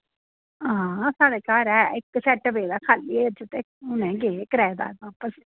आं साढ़े घर ऐ इक्क सेट पेदा खाल्ली अज्ज ते हून गै गे किरायेदार बापस